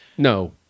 No